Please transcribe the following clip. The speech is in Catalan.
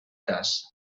cas